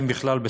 אם בכלל,